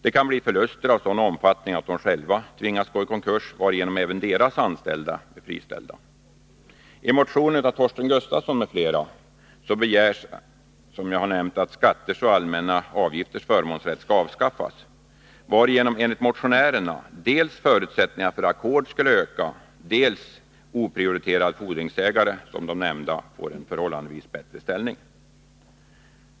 Det kan bli förluster i sådan omfattning att de själva tvingas gå i konkurs, varigenom även deras anställda blir friställda. I motionen av Torsten Gustafsson m.fl. begärs, som jag har nämnt, att skatters och allmänna avgifters förmånsrätt skall avskaffas, varigenom enligt motionärerna dels förutsättningarna för ackord skulle öka, dels oprioriterade fordringsägare, som de nämnda, får en förhållandevis bättre ställning.